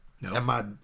No